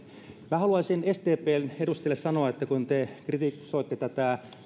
minä haluaisin sdpn edustajille sanoa kun te kritisoitte tätä